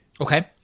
okay